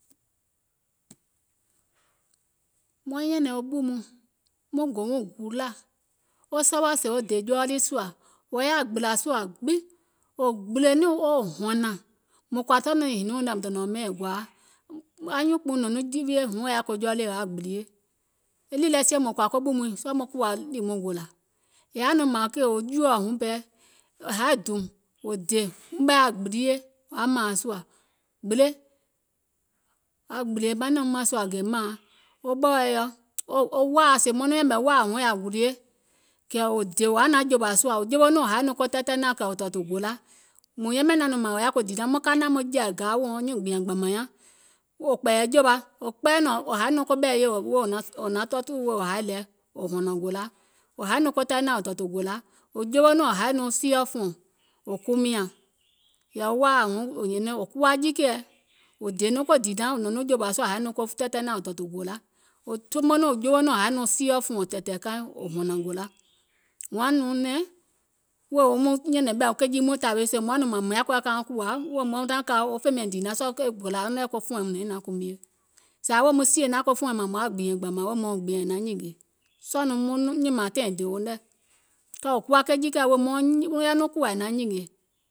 Maŋ nyɛ̀nɛ̀ŋ ɓù mɔɔ̀ŋ muŋ gò wuŋ guulȧ wo sɔwɔɔ̀ sèè wo dè jɔɔ lii sùȧ wò yaȧ gbìlȧ sùȧ gbiŋ, wò gbìlè niìŋ woo hɔ̀nȧŋ, mùŋ kɔ̀ȧ sɔɔ̀ nɔŋ e hinìuŋ nɛ̀ mùŋ dònȧȧŋ yɛmɛ̀ è gɔaa, anyuùnkpùuŋ nɔ̀ŋ nɔŋ jiwie huŋ yaȧ jɔɔlèe yaȧ gbilie, e nìì lɛ sie mùŋ kɔ̀ȧ ko ɓù muìŋ sɔɔ̀ maŋ kùwà ɗì maŋ gòlȧ, è yaȧ nɔŋ mȧȧŋ kèè wo juòɔ huŋ pɛɛ, è haì dùùm wò dè wuŋ ɓɛɛ yaȧ gbilie yaȧ mȧaŋ sùȧ, yaȧ gbìlìè manɛ̀um mȧŋ sùȧ gè mȧaŋ, wo ɓɔ̀ wɛɛ̀ɔ wo waȧa, sèè maŋ nɔŋ yɛ̀mɛ̀ waȧa yaȧ gulie kɛ̀ wò dè wò yaȧ naȧŋ jòwà sùȧ, wò jowo nɔŋ haì nɔŋ ko tɛɛtɛɛnȧŋ kɛ̀ wò kùùnò gòla, mùŋ yɛmɛ̀ nɔŋ mȧȧŋ wò yaȧ ko dììnȧŋ maŋ ka maŋ jɛ̀ì gaȧȧ weèuŋ nyuùŋ gbìȧŋ gbȧmȧŋ nyaŋ, wò kpɛ̀ɛ̀yɛ̀ jowa, wò haì nɔŋ koɓɛ̀i yɛ̀o naŋ tɛɛwɛ̀ wèè wo haì lɛ wò tɔ̀ɔ̀tù gòla, wò jowo nɔŋ wò haì sieɔ̀ fùùŋ wò kumiȧŋ, yɛ̀ì waȧa huŋ wò nyɛnɛŋ, wò kuwa jiikɛ̀ɛ, wò dè nɔŋ ko dììnaŋ nɔ̀ŋ nɔŋ jòwȧ sùȧ wò haì nɔŋ ko tɛɛtɛɛnȧŋ wò tɔ̀ɔ̀tù gòla, wò jowo nɔŋ wò haì sieɔ̀ fùùŋ wò hɔ̀ȧnè gòla, wò yaȧ nɔŋ nɛ̀ŋ wèè wo nɔŋ nyɛ̀nɛ̀ŋ ke jii mɔɔ̀ŋ tawe, sèè mùŋ woȧ nɔŋ mȧȧŋ mùŋ yaȧ kɔɔyɛ mauŋ kùwȧ, wèè maaŋ naȧŋ ka wo fè ɓɛìŋ dììnaŋ, sɔɔ̀ nɔŋ e gòlauŋ nɛ̀ ko fùùiŋ mùŋ yaȧ nȧaŋ kumie,